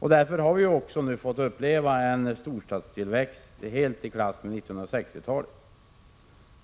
Därför har vi också fått uppleva en storstadstillväxt som är helt i klass med 1960-talets.